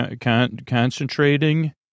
concentrating